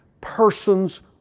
person's